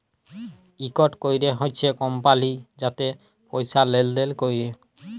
ইকট ক্যরে হছে কমপালি যাতে পয়সা লেলদেল ক্যরে